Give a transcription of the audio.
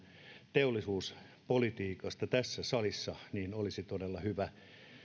teollisuuspolitiikasta tässä salissa olisi todella hyvä